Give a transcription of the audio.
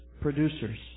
producers